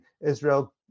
Israel